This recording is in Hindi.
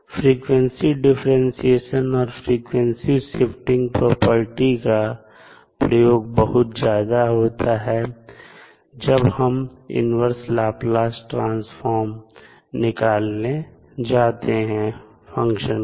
फ्रीक्वेंसी डिफरेंटशिएशन और फ्रीक्वेंसी शिफ्टिंग प्रॉपर्टी का प्रयोग बहुत ज्यादा होता है जब हम इन्वर्स लाप्लास ट्रांसफॉर्म निकालने जाते हैं फंक्शन का